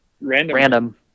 Random